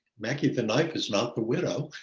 mackie the knife is not the widow.